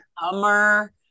summer